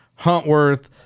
Huntworth